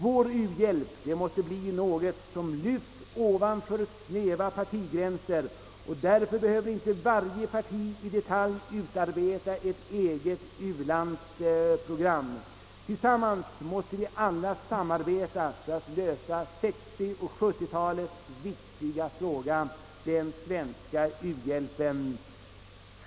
Vår u-hjälp måste bli något som lyfts ovanför snäva partigränser, och därför behöver inte varje parti i detalj utarbeta ett eget program. Tillsammans måste vi alla samarbeta för att lösa 1960 och 1970-talens viktiga fråga, den svenska u-hjälpen.